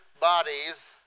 bodies